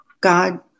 God